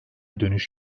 dönüş